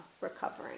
recovering